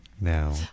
now